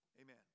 Amen